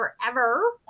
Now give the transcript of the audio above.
forever